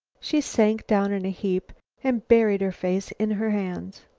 she sank down in a heap and buried her face in her hands.